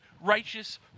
righteous